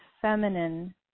feminine